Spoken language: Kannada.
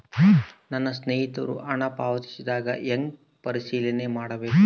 ನನ್ನ ಸ್ನೇಹಿತರು ಹಣ ಪಾವತಿಸಿದಾಗ ಹೆಂಗ ಪರಿಶೇಲನೆ ಮಾಡಬೇಕು?